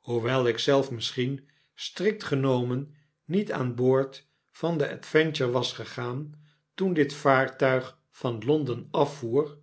hoewel ik zelf misschien strikt genomen niet aan boord van de adventure was gegaan toen dit vaartuig van l o n d e n afvoer